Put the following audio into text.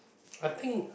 I think